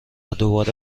دوباره